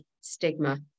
stigma